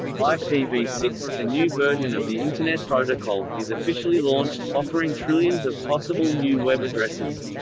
i p v six, a new version of the internet protocol, is officially launched, offering trillions of possible new web addresses.